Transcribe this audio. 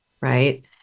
right